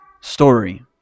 story